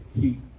keep